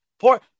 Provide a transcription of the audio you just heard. poor